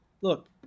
Look